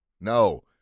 No